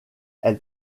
elle